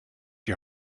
die